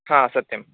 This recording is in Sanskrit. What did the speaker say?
सत्यं